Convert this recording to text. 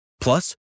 Plus